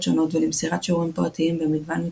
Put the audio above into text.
שונות ולמסירת שיעורים פרטיים במגוון מקצועות,